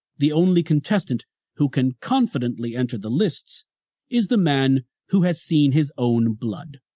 the only contestant who can confidently enter the lists is the man who has seen his own blood,